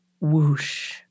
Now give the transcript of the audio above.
Whoosh